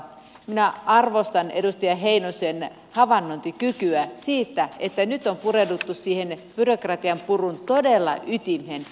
minä arvostan edustaja heinosen havainnointikykyä siitä että nyt on pureuduttu siihen byrokratian purun todella ytimeen